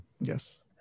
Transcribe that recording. Yes